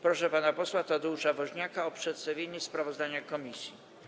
Proszę pana posła Tadeusza Woźniaka o przedstawienie sprawozdania komisji.